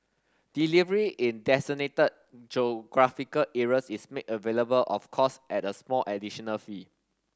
delivery in designated geographical areas is made available of course at a small additional fee